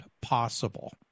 possible